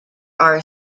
are